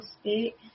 state